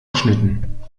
geschnitten